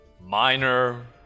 minor